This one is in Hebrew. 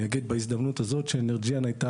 אני אגיד בהזדמנות הזאת שאנרג'יאן הייתה